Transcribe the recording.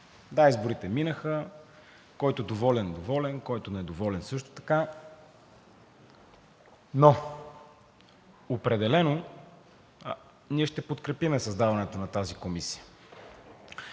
Да, изборите минаха, който е доволен – доволен, който не е доволен – също така, но определено ние ще подкрепим създаването на тази комисия.